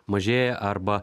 mažėja arba